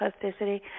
plasticity